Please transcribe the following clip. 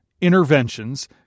interventions